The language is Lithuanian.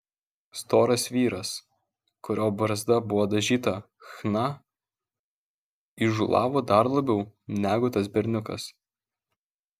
storas vyras kurio barzda buvo dažyta chna įžūlavo dar labiau negu tas berniukas